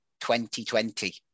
2020